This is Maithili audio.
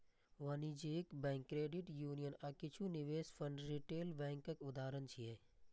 वाणिज्यिक बैंक, क्रेडिट यूनियन आ किछु निवेश फंड रिटेल बैंकक उदाहरण छियै